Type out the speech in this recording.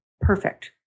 perfect